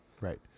right